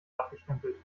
abgestempelt